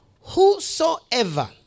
whosoever